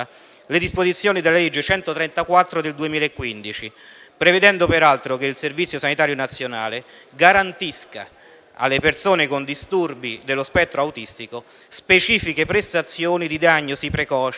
le disposizioni della legge n. 134 del 2015, prevedendo peraltro che il SSN garantisca alle persone con disturbi dello spettro autistico specifiche prestazioni di diagnosi precoce,